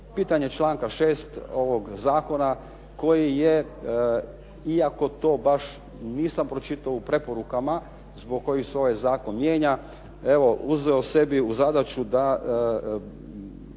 pitanje članka 6. ovog zakona koji je iako to baš nisam pročitao u preporukama zbog kojih se ovaj zakon mijenja, evo uzeo sebi u zadaću da